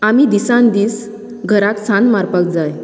आमी दिसान दीस घरांत सान्न मारपाक जाय